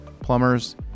plumbers